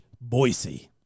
Boise